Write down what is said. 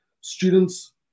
students